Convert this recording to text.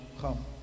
come